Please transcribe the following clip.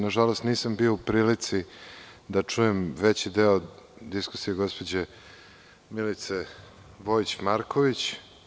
Nažalost, nisam bio i prilici da čujem veći deo diskusije gospođe Milice Vojić Marković.